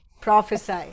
prophesy